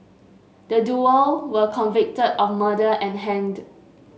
the duo were were convicted of murder and hanged